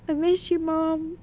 ah miss you, mom.